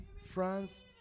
France